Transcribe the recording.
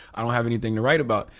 i don't have anything to write about,